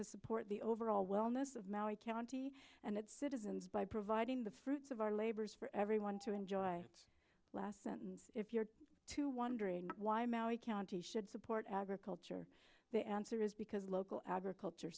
to support the overall wellness of maui county and its citizens by providing the fruits of our labors for everyone to enjoy that last sentence if you're to wondering why maui county should support agriculture the answer is because local agriculture